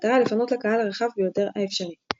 במטרה לפנות לקהל הרחב ביותר האפשרי.